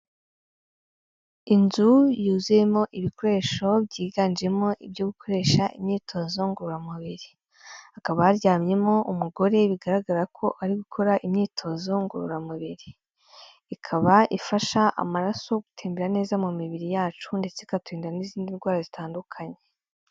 Inzu yuzuyemo ibikoresho byiganjemo ibyo gukoresha imyitozo ngororamubiri, hakaba haryamyemo umugore bigaragara ko ari gukora imyitozo ngororamubiri, ikaba ifasha amaraso gutembera neza mu mibiri yacu, ndetse ikaturinda n'izindi ndwara zitandukanye.